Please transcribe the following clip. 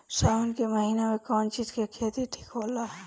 सावन के महिना मे कौन चिज के खेती ठिक होला?